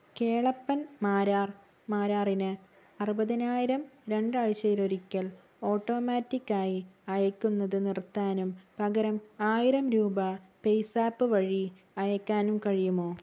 കേളപ്പൻ മാരാർ മാരാറിന് അറുപതിനായിരം രണ്ടാഴ്ചയിലൊരിക്കല് ഓട്ടോമാറ്റിക്ക് ആയി അയക്കുന്നത് നിർത്താനും പകരം ആയിരം രൂപ പേയ്സാപ്പ് വഴി അയക്കാനും കഴിയുമോ